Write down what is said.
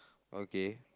okay